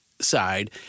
side